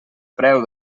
preu